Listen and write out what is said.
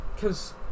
cause